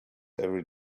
every